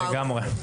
לגמרי.